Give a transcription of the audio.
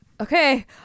okay